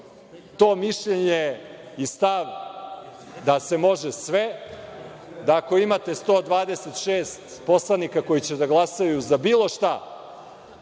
to mišljenje i stav da se može sve, da ako imate 126 poslanika koji će da glasaju za bilo šta,